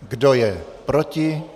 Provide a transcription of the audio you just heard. Kdo je proti?